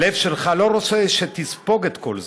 הלב שלך לא רוצה שתספוג את כל זה,